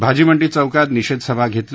भाजीमंडी चौकात निषेध सभा घेतली